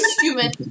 human